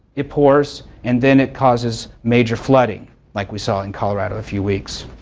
it pours, and then it causes major flooding like we saw in colorado a few weeks.